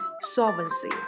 solvency